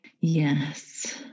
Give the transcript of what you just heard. Yes